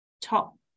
top